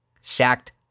sacked